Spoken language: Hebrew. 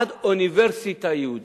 עד אוניברסיטה יהודית,